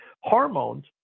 hormones